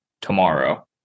tomorrow